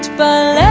the